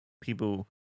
people